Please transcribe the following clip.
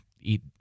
eat